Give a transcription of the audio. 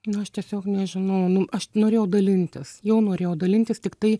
nu aš tiesiog nežinau nu aš norėjau dalintis jau norėjau dalintis tiktai